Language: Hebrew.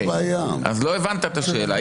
--- אז לא הבנת את השאלה.